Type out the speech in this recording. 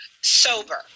sober